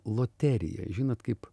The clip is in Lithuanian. loterija žinot kaip